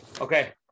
Okay